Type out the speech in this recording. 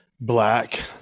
black